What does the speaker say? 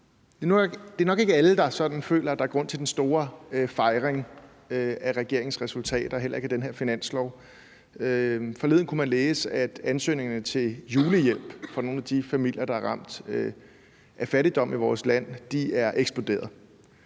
Det er nok ikke alle, der føler, at der er grund til den store fejring af regeringens aftaler, heller ikke i den her finanslov. Forleden kunne man læse, at ansøgningerne om julehjælp fra nogle af de familier, der er ramt af fattigdom i vores land, er eksploderet,